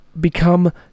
become